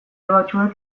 batzuek